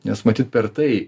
nes matyt per tai